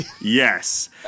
yes